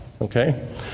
Okay